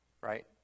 right